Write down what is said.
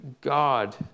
God